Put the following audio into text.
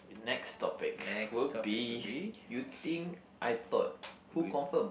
next topic would be you think I thought who confirm